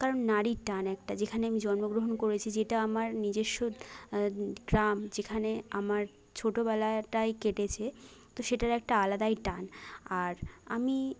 কারণ নাড়ির টান একটা যেখানে আমি জন্মগ্রহণ করেছি যেটা আমার নিজস্ব গ্রাম যেখানে আমার ছোটোবেলাটায় কেটেছে তো সেটার একটা আলাদাই টান আর আমি